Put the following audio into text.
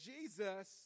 Jesus